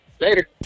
Later